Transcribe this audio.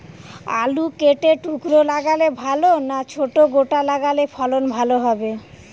আলু কেটে টুকরো লাগালে ভাল না ছোট গোটা লাগালে ফলন ভালো হবে?